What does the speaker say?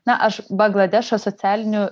na aš bangladešo socialinių